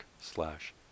slash